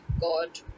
God